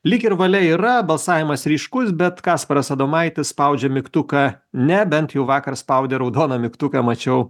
lyg ir valia yra balsavimas ryškus bet kasparas adomaitis spaudžia mygtuką ne bent jau vakar spaudė raudoną mygtuką mačiau